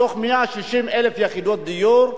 מתוך 160,000 יחידות דיור,